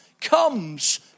comes